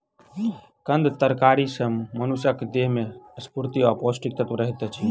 कंद तरकारी सॅ मनुषक देह में स्फूर्ति आ पौष्टिक तत्व रहैत अछि